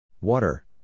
Water